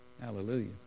Hallelujah